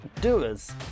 doers